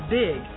big